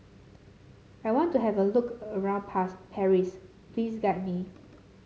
I want to have a look around Paris please guide me